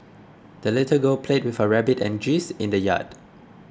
the little girl played with her rabbit and geese in the yard